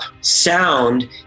sound